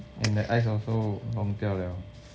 and the ice also 溶掉 liao